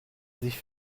sich